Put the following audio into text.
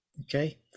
Okay